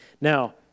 Now